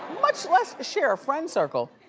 much less share a friend circle.